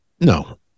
no